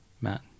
Matt